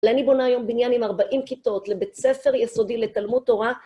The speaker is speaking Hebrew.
ואני בונה היום בניין עם 40 כיתות לבית ספר יסודי לתלמוד תורה.